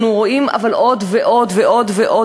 אבל אנחנו רואים עוד ועוד ועוד ועוד